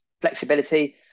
Flexibility